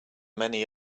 many